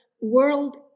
world